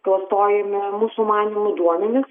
klastojami mūsų manymu duomenys